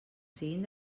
siguin